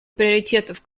приоритетов